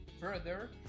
further